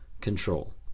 control